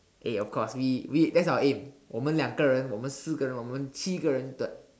eh of course we we that's our aim 我们两个人我们四个人我们七个人 like